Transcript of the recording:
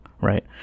right